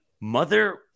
mother